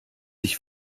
ich